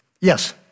Yes